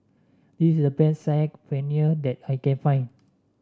is the best Saag Paneer that I can find